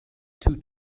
two